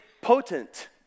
potent